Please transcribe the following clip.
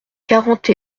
quarante